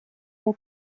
для